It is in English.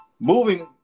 moving